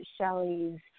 Shelley's